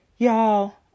Y'all